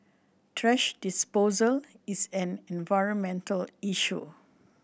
thrash disposal is an environmental issue